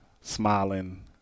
smiling